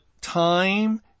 time